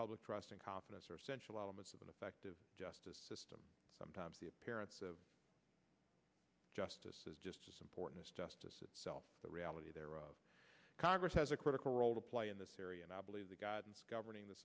public trust and confidence are essential elements of an effective justice system sometimes the appearance of justice is just as important as justice itself the reality there of congress has a critical role to play in this area and i believe the guidance governing the